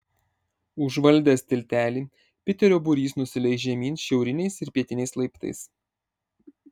užvaldęs tiltelį piterio būrys nusileis žemyn šiauriniais ir pietiniais laiptais